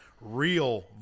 real